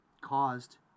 caused